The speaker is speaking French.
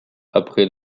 après